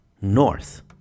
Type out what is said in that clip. north